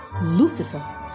Lucifer